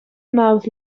mouth